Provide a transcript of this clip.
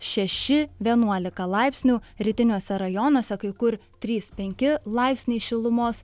šeši vienuolika laipsnių rytiniuose rajonuose kai kur trys penki laipsniai šilumos